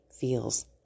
feels